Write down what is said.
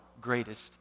greatest